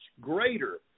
greater